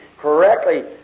correctly